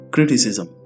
Criticism